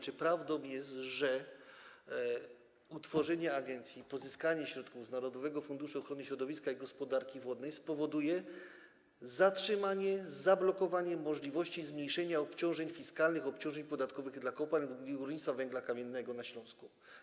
Czy prawdą jest, że utworzenie agencji, pozyskanie środków z Narodowego Funduszu Ochrony Środowiska i Gospodarki Wodnej spowoduje zatrzymanie, zablokowanie możliwości zmniejszenia obciążeń fiskalnych, obciążeń podatkowych dla kopalń i górnictwa węgla kamiennego na Śląsku?